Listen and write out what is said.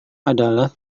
adalah